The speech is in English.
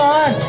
on